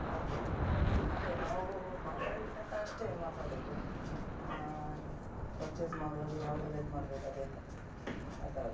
ಹಾಗೆ ಇನ್ನೂ ಅದೆ ನಾವು ಮಾತಾಡಲಿಕ್ಕೆ ಅಂತ ಅಷ್ಟೇ ಮಾತಾಡುವುದು ಪರ್ಚೇಸ್ ಮಾಡುವಾಗ ಯಾವುದೆಲ್ಲ ಇದು ಮಾಡ್ಬೇಕು ಅದೇ ಆ ಥರದ್ದು